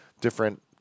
different